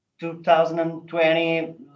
2020